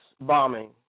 bombing